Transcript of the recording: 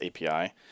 API